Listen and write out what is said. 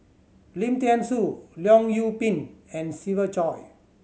Lim Thean Soo Leong Yoon Pin and Siva Choy